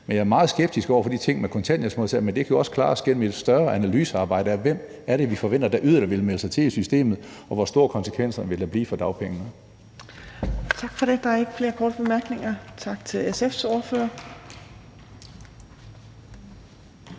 Men jeg er meget skeptisk over for de ting med kontanthjælpsmodtagerne, men det kan også klares gennem et større analysearbejde af, hvem vi yderligere forventer vil melde sig til i systemet, og hvor store konsekvenser det vil have for dagpengene. Kl. 15:49 Fjerde næstformand (Trine Torp): Tak for det. Der er ikke flere korte bemærkninger. Tak til SF's ordfører. Den